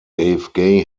dave